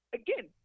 again